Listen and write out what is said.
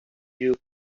you